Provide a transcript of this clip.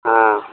ہاں